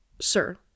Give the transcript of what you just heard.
Sir